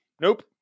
Nope